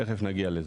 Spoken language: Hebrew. תכף נגיע לזה.